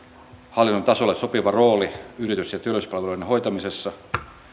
hallinnon tasolle sopiva rooli yritys ja työllisyyspalvelujen hoitamisessa